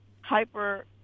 hyper